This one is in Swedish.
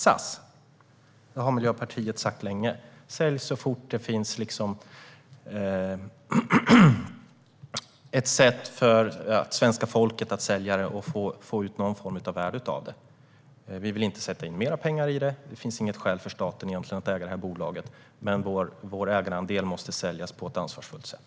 Vad gäller SAS har Miljöpartiet länge sagt att det ska säljas så fort det finns ett sätt för svenska folket att sälja det och få ut någon form av värde. Vi vill inte sätta in mer pengar i SAS. Det finns egentligen inget skäl för staten att äga bolaget, men statens ägarandel måste säljas på ett ansvarsfullt sätt.